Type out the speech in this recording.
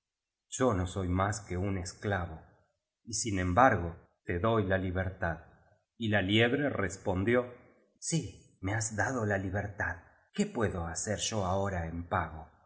yo no soy más que un esclavo y sin embargo te doy la libertad y la liebre respondió sí me has dado la libertad qué puedo hacer yo ahora en pago